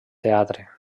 teatre